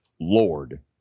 Lord